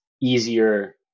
easier